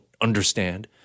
understand